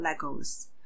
legos